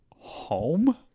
Home